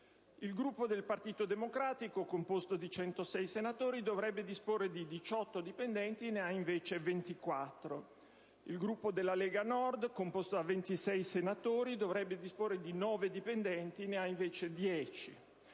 il Gruppo del Partito Democratico, composto da 106 senatori, dovrebbe disporre di 18 dipendenti; ne ha invece 24; - il Gruppo della Lega Nord, composto da 26 senatori, dovrebbe disporre di 9 dipendenti; ne ha invece 10;